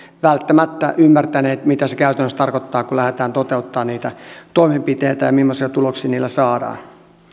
välttämättä ymmärtäneet mitä se käytännössä tarkoittaa kun lähdetään toteuttamaan niitä toimenpiteitä ja mimmoisia tuloksia niillä saadaan